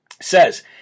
says